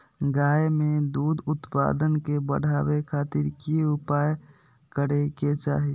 गाय में दूध उत्पादन के बढ़ावे खातिर की उपाय करें कि चाही?